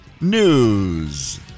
news